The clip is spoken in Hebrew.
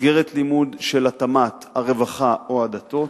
1. מסגרת לימוד של התמ"ת, הרווחה, או הדתות,